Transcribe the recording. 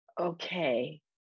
okay